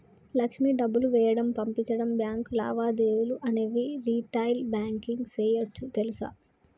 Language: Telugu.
లక్ష్మి డబ్బులు వేయడం, పంపించడం, బాంకు లావాదేవీలు అనేవి రిటైల్ బాంకింగ్ సేయోచ్చు తెలుసా